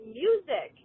music